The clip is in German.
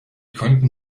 konnten